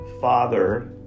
father